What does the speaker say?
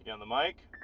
and the mic